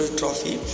trophy